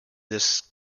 this